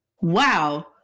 Wow